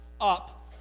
up